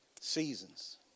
Seasons